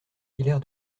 hilaire